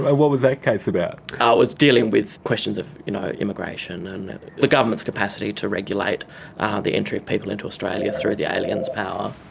ah what was that case about? ah it was dealing with questions of you know immigration and the government's capacity to regulate the entry of people into australia through the aliens power.